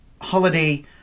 holiday